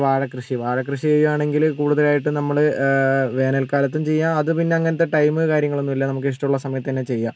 വാഴക്കൃഷി വാഴക്കൃഷി ചെയ്യുവാണെങ്കിൽ കൂടുതലായിട്ടും നമ്മൾ വേനൽക്കാലത്തും ചെയ്യാം അത് പിന്നെ അങ്ങനത്തെ ടൈമ് കാര്യങ്ങളൊന്നും ഇല്ല നമുക്ക് ഇഷ്ടമുള്ള സമയത്ത് തന്നെ ചെയ്യാം